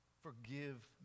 Forgive